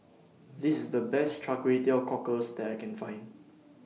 This The Best Kway Teow Cockles that I Can Find